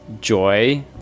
Joy